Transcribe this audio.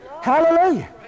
Hallelujah